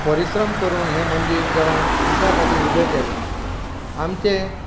परिश्रम करून देवान हें मंदीर आमच्या खातीर उबें केलें आमचें